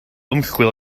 ymchwil